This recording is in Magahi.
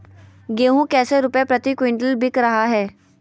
गेंहू कैसे रुपए प्रति क्विंटल बिक रहा है?